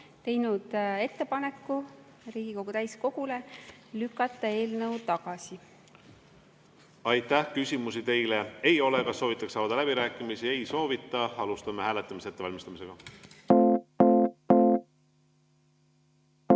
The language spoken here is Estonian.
teinud ettepaneku Riigikogu täiskogule lükata eelnõu tagasi. Aitäh! Küsimusi teile ei ole. Kas soovitakse avada läbirääkimisi? Ei soovita. Alustame hääletamise ettevalmistamist. Panen